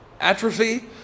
Atrophy